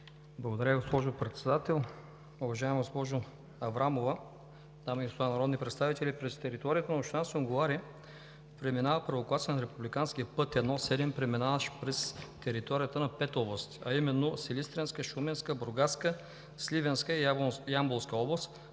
Благодаря, госпожо Председател. Уважаема госпожо Аврамова, дами и господа народни представители! През територията на община Сунгурларе преминава първокласен републикански път 1-7, преминаващ през територията на 5 области, а именно: Силистренска, Шуменска, Бургаска, Сливенска и Ямболска.